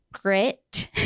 grit